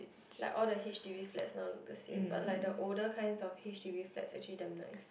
like all the h_d_b flats now look the same but like the older kinds of h_d_b flats actually damn nice